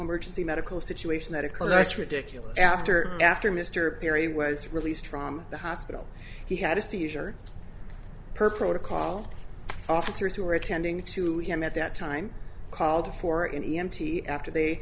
emergency medical situation that occurred ice ridiculous after after mr perry was released from the hospital he had a seizure per protocol officers who were attending to him at that time called for an e m t after they